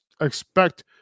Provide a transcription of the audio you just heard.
expect